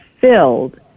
filled